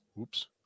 oops